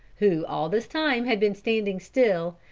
who all this time had been standing still,